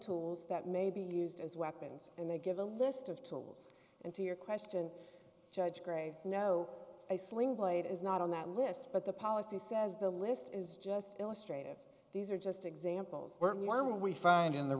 tools that may be used as weapons and they give a list of tools and to your question judge graves know a sling blade is not on that list but the policy says the list is just illustrated these are just examples where we found in the